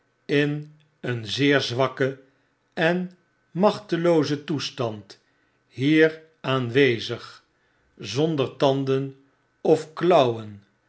in een zeer zwakken en machteloozen toestand hier aanwezig zonder tanden of klauwen